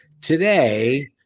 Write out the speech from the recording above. Today